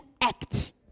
act